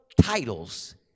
titles